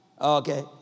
Okay